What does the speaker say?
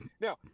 Now